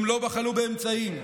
הם לא בחלו באמצעים.